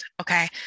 Okay